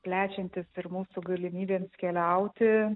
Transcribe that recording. plečiantis ir mūsų galimybėms keliauti